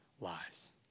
lies